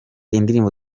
indirimbo